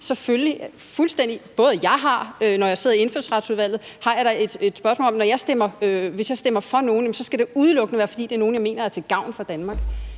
spørgsmål – altså jeg har da, når jeg sidder i Indfødsretsudvalget – angående dem, vi stemmer om; altså, hvis jeg stemmer for nogen, skal det udelukkende være, fordi det er nogen, jeg mener er til gavn for Danmark.